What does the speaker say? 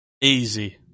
Easy